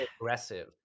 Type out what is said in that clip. aggressive